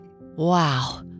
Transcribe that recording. wow